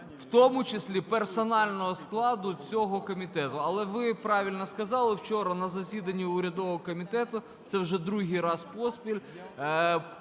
в тому числі персонального складу цього комітету. Але, ви правильно сказали, вчора на засіданні урядового комітету, це вже другий раз поспіль,